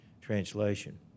translation